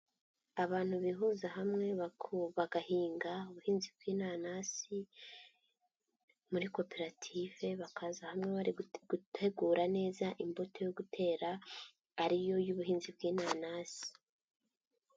Abantu bihuza hamwe, bagahinga ubuhinzi bw'inanasi muri koperative bakaza hamwe gutegura neza imbuto yo gutera ariyo y'ubuhinzi bw'inanasi.